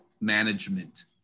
management